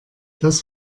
das